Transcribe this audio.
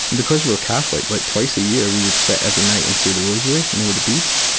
and because we're catholic, like twice a year we would sit every night and say the rosary, you know with the beads?